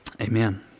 Amen